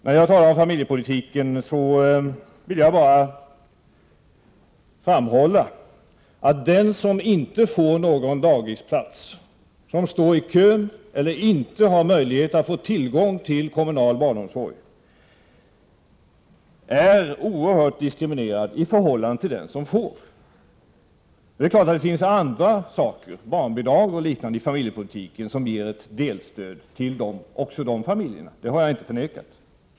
När det gäller familjepolitiken vill jag bara framhålla att den som inte får någon dagisplats, som står i kön eller inte har möjligheter att få tillgång till kommunal barnomsorg, är oerhört diskriminerad i förhållande till den som får plats. Det är klart att det finns andra saker, barnbidrag och liknande, i familjepolitiken, som ger ett delstöd till också dessa familjer — det har jag inte förnekat.